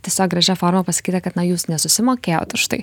tiesog gražia forma pasakyta kad na jūs nesusimokėjot už tai